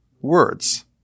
words